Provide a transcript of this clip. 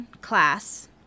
class